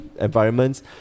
Environments